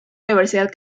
universidad